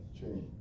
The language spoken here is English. Change